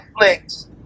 Netflix